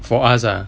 for us ah